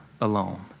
alone